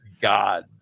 God